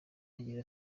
agira